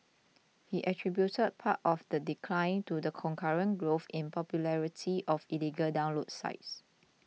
he attributed part of the decline to the concurrent growth in popularity of illegal download sites